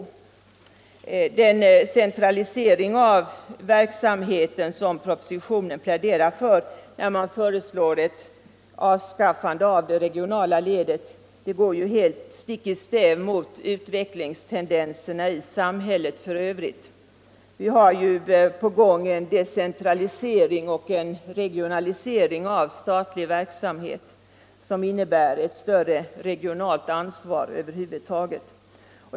Den centralisering av verksamheten som propositionen pläderar för, när man föreslår ett avskaffande av det regionala ledet, går helt stick i stäv mot utvecklingstendenserna i samhället för övrigt. Vi har ju på gång en decentralisering och regionalisering av statlig verksamhet som innebär ett större regionalt ansvar över huvud taget.